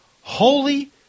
Holy